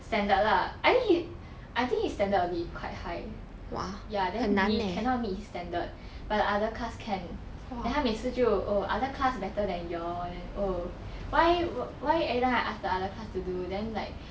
standard lah I think he I think he standard a bit quite high ya then we cannot meet his standard but other class can then 他每次就 oh other class better than y'all oh why why everytime I ask the other class to do then like